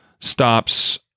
stops